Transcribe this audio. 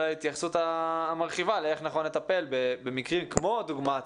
על ההתייחסות המרחיבה לאיך נכון לטפל במקרים דוגמת